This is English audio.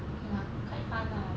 ya quite fun lah